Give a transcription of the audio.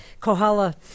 Kohala